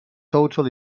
total